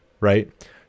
right